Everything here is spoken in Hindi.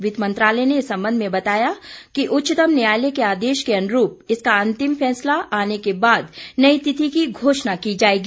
वित्त मंत्रालय ने इस संबंध में बताया कि उच्चतम न्यायलय के आदेश के अनुरूप इसका अंतिम फैसला आने के बाद नई तिथि की घोषणा की जाएगी